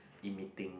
emitting